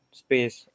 space